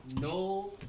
no